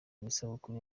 isabukuru